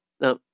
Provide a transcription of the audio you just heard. Now